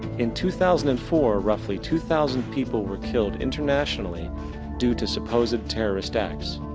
in two thousand and four roughly two thousand people were killed internationally due to supposed terrorist acts.